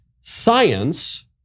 science